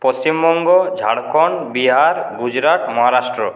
Paschimbanga Jharkhand Bihar Gujarat Maharashtra